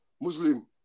Muslim